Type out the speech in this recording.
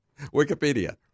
Wikipedia